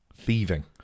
Thieving